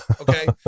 Okay